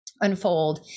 unfold